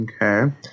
Okay